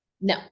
No